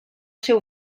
seu